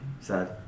sad